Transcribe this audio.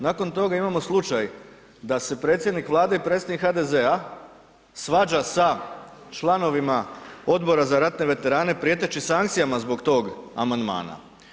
Nakon tog imamo slučaj da se predsjednik Vlade i predsjednik HDZ-a svađa sa članovima Odbora za ratne veterane prijeteći sankcijama zbog tog amandmana.